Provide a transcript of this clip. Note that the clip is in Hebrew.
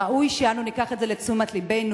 ראוי שאנו ניקח את זה לתשומת לבנו,